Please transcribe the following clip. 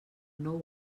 nou